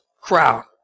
crowd